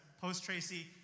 Post-Tracy